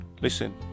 Listen